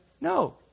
No